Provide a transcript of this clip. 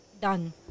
Done